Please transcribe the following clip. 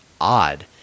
odd